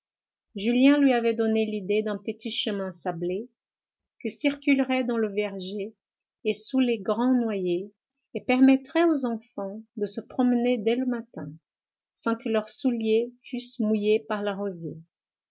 julien lui avait donné l'idée d'un petit chemin sablé qui circulerait dans le verger et sous les grands noyers et permettrait aux enfants de se promener dès le matin sans que leurs souliers fussent mouillés par la rosée